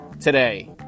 today